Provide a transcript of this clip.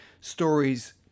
stories